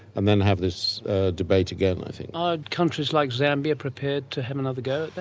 and then have this debate again i think. are countries like zambia prepared to have another go at that?